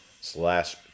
slash